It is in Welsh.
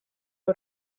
nhw